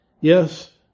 yes